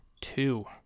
two